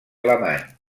alemany